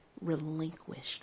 relinquished